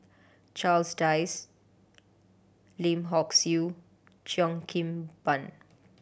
Charles Dyce Lim Hock Siew Cheo Kim Ban